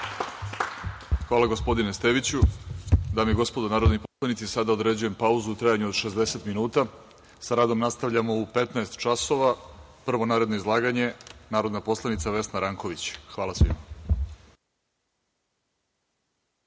Hvala, gospodine Steviću. Dame i gospodo narodni poslanici, sada određujem pauzu u trajanju od 60 minuta. Sa radom nastavljamo u 15.00 časova. Prvo naredno izlaganje, narodna poslanica Vesna Ranković. Hvala svima.(Posle